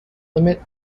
limit